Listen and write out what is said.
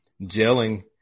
gelling